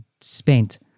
spent